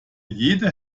jede